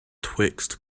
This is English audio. twixt